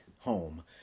home